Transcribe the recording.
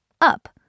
up